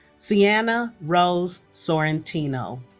ciana rose sorrentino